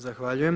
Zahvaljujem.